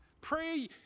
Pray